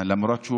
למרות שהוא